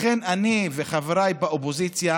לכן אני וחבריי באופוזיציה